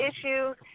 issues